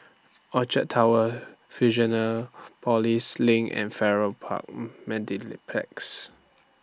Orchard Towers Fusionopolis LINK and Farrer Park